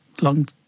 long